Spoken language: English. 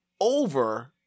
over